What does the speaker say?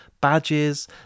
badges